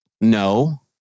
No